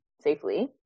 safely